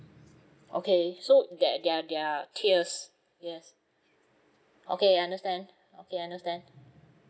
okay so there there are there are tiers yes okay I understand okay understand